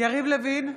יריב לוין,